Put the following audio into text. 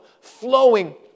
flowing